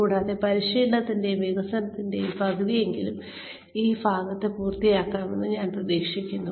കൂടാതെ പരിശീലനത്തിന്റെയും വികസനത്തിന്റെയും പകുതിയെങ്കിലും ഈ ഭാഗത്ത് പൂർത്തിയാക്കുമെന്ന് ഞാൻ പ്രതീക്ഷിക്കുന്നു